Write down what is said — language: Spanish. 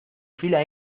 fila